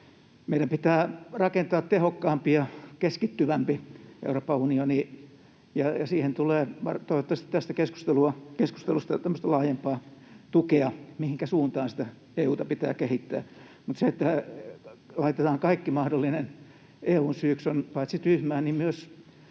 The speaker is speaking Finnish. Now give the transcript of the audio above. Meidän pitää rakentaa tehokkaampi ja keskittyvämpi Euroopan unioni, ja siihen tulee toivottavasti tästä keskustelusta tämmöistä laajempaa tukea, mihinkä suuntaan EU:ta pitää kehittää. Mutta se, että laitetaan kaikki mahdollinen EU:n syyksi, on paitsi tyhmää